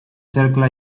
cercle